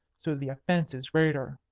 so the offence is greater.